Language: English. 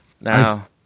Now